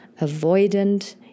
avoidant